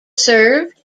served